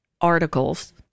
articles